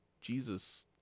Jesus